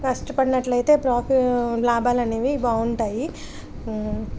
కష్టపడినట్లయితే profit లాభాలనేవి బాగుంటాయి